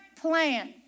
plan